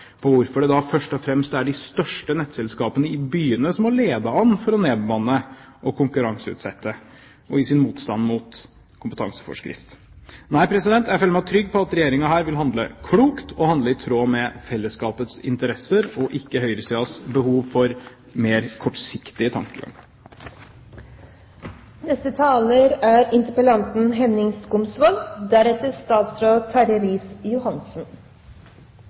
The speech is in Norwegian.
på hvorfor det da først og fremst er de største nettselskapene i byene som har ledet an for å nedbemanne og konkurranseutsette i sin motstand mot konkurranseforskrift. Nei, jeg føler meg trygg på at Regjeringen her vil handle klokt og handle i tråd med fellesskapets interesser, og ikke høyresidens behov for mer